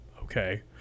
Okay